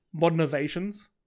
modernizations